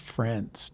Friends